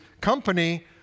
company